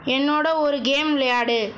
என்னோட ஒரு கேம் விளையாடு